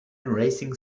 racing